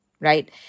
right